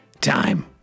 time